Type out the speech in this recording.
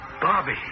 Bobby